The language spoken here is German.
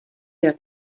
der